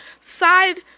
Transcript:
side